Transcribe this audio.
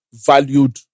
valued